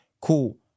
cool